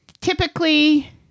Typically